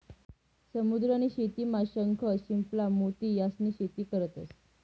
समुद्र नी शेतीमा शंख, शिंपला, मोती यास्नी शेती करतंस